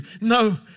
No